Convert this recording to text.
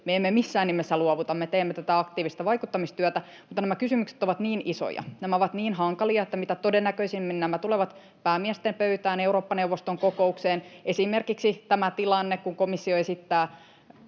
emme missään nimessä luovuta, me teemme tätä aktiivista vaikuttamistyötä, mutta nämä kysymykset ovat niin isoja ja nämä ovat niin hankalia, että mitä todennäköisimmin nämä tulevat päämiesten pöytään Eurooppa-neuvoston kokoukseen. Esimerkiksi tämä tilanne, että komissio esittää